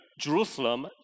Jerusalem